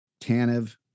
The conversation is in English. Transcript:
Tanev